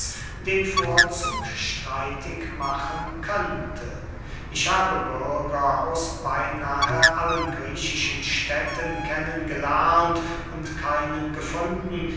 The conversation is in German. den vorzug streitig machen könnte ich habe bürger aus beynahe allen griechischen städten kennen gelernt und keinen gefunden